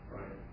Right